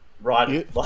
Right